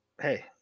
hey